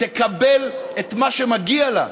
תקבל את מה שמגיע לה.